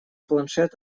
планшет